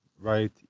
right